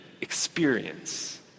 experience